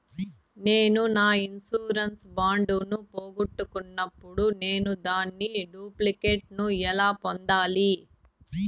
నేను నా insurance bond ను పోగొట్టుకున్నప్పుడు నేను దాని డూప్లికేట్ ను ఎలా పొందాలి?